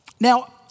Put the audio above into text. Now